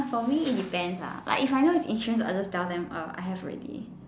for me it depends lah like if I know it's insurance to other stuff then err I have already